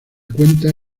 cuentas